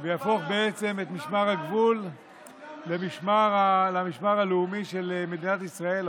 ויהפוך את משמר הגבול למשמר הלאומי של מדינת ישראל,